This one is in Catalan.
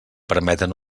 permeten